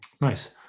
Nice